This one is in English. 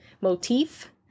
motif